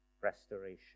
restoration